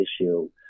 issue